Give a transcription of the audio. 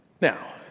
Now